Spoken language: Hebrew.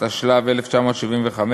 התשל"ו 1975,